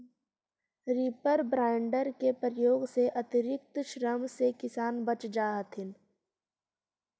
reaper binder के प्रयोग से अतिरिक्त श्रम से किसान बच जा हथिन